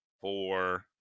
four